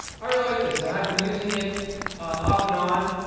i really like this, and i've been using it off and on.